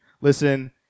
listen